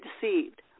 deceived